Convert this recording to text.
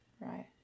Right